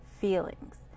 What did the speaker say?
feelings